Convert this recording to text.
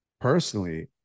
personally